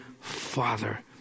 father